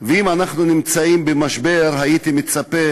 ואם אנחנו נמצאים במשבר, הייתי מצפה